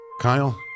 Kyle